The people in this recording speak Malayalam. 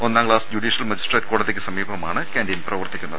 ഒന്നാംക്ലാസ് ജുഡീഷ്യൽ മജിസ്ട്രേറ്റ് കോടതിക്ക് സമീപമാണ് കാന്റീൻ പ്രവർത്തിക്കുന്നത്